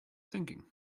thinking